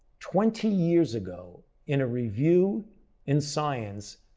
twenty years ago in a review in science,